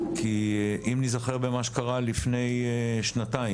כי אם ניזכר במה שקרה לפני שנתיים,